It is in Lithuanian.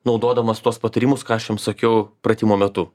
naudodamas tuos patarimus ką aš jums sakiau pratimo metu